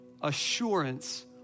assurance